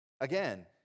Again